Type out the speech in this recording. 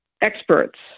experts